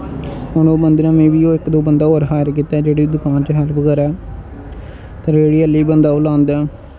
हून ओह् बंदे नै मिलियै इक दो बंदा होर हायर कीता जेह्ड़ा दकान च हैल्प बगैरा रेह्ड़ी हाल्ली बी बंदा ओह् लांदा ऐ